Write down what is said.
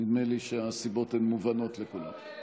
נדמה לי שהסיבות מובנות לכולם.